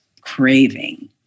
craving